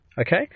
okay